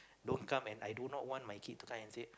don't come and I do not want my kid to come and say